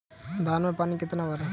धान में पानी कितना भरें?